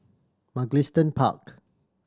Mugliston Park